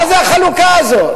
מה זו החלוקה הזאת?